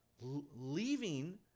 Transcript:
leaving